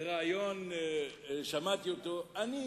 בריאיון ששמעתי אותו: אני